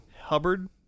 Hubbard